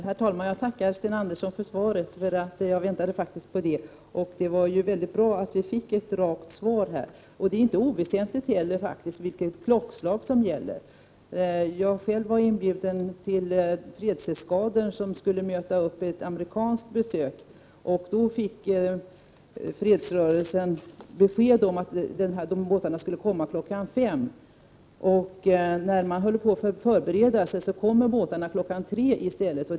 Herr talman! Jag tackar Sten Andersson för svaret. Jag väntade faktiskt på det. Det var bra att vi fick ett rakt svar. Det är faktiskt inte oväsentligt vilket klockslag som gäller. Själv var jag inbjuden till fredseskadern som skulle möta ett amerikanskt besök. Då fick fredsrörelsen besked om att båtarna skulle komma kl. 17.00, och när man höll på att förbereda sig kom båtarna i stället kl. 15.00.